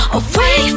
away